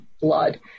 blood